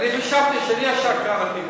אני חשבתי שאני השקרן הכי גדול.